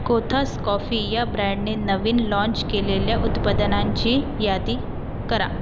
कोथास कॉफी या ब्रँडने नवीन लाँच केलेल्या उत्पादनांची यादी करा